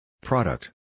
Product